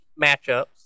matchups